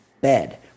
bed